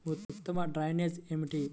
ఉత్తమ డ్రైనేజ్ ఏమిటి?